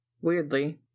weirdly